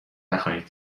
نخواهید